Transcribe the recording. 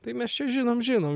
tai mes čia žinom žinom